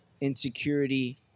insecurity